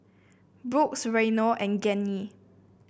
Brooks Reino and Gianni